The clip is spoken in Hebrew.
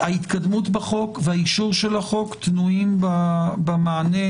ההתקדמות בחוק ואישורו תלויים במענה